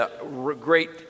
great